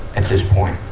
at, at this point?